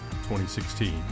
2016